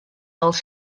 dels